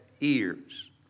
ears